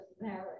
marriage